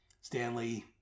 Stanley